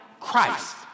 Christ